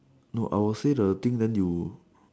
no I will say the thing then you